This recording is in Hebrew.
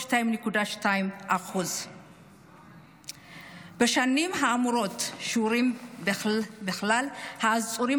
2.2%. בשנים האמורות שיעורם בכלל העצורים